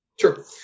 Sure